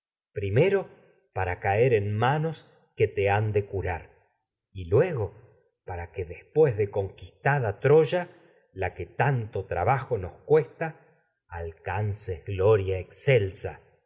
primero para caer en manos que curar y la luego para que después de conquistada troya que tanto trabajo nos cuesta alcances gloria excelsa